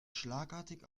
schlagartig